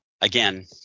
again